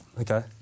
Okay